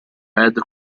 head